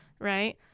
right